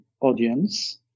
audience